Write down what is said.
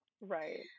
Right